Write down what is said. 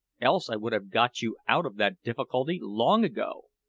else i would have got you out of that difficulty long ago.